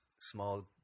small